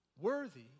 worthy